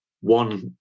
One